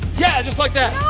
yeah, just like that.